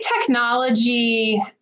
technology